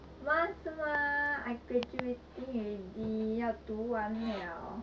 must mah I graduating already 要读完 liao